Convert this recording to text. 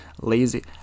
lazy